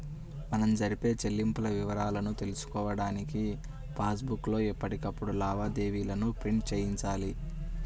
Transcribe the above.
మనం జరిపే చెల్లింపుల వివరాలను తెలుసుకోడానికి పాస్ బుక్ లో ఎప్పటికప్పుడు లావాదేవీలను ప్రింట్ చేయించాలి